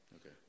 Okay